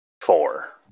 four